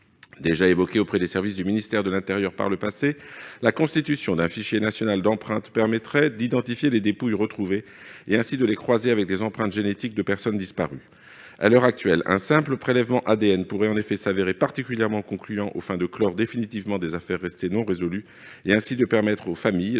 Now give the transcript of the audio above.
Déjà évoquée auprès des services du ministère de l'intérieur par le passé, la constitution d'un fichier national d'empreintes permettrait d'identifier des dépouilles retrouvées et ainsi de les croiser avec des empreintes génétiques de personnes disparues. À l'heure actuelle, un simple prélèvement ADN pourrait en effet se révéler particulièrement concluant aux fins de clore définitivement des affaires restées non résolues, de sorte que les familles